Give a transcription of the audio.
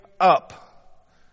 up